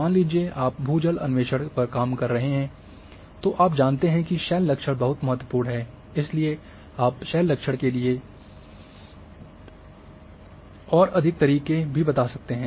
मान लीजिए आप भू जल अन्वेषण पर काम कर रहे हैं तो आप जानते हैं कि शैल लक्षण बहुत महत्वपूर्ण है इसलिए आप शैल लक्षण के लिए और अधिक तरीके भी बता सकते हैं